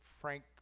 Frank